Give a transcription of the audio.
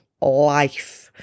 life